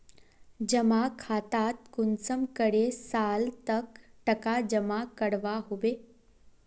जमा खातात कुंसम करे साल तक टका जमा करवा होबे?